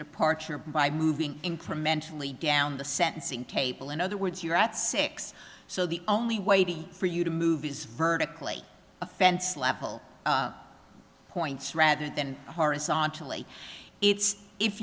departure by moving incrementally down the sentencing table in other words you're at six so the only way be for you to movies vertically offense level points rather than horizontally it's if